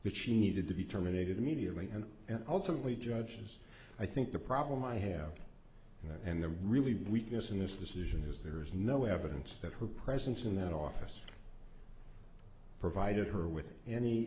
that she needed to be terminated immediately and ultimately judges i think the problem i have and the really big weakness in this decision is there is no evidence that her presence in that office provided her with any